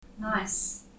Nice